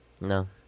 No